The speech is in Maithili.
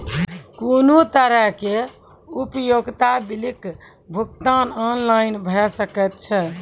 कुनू तरहक उपयोगिता बिलक भुगतान ऑनलाइन भऽ सकैत छै?